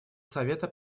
совета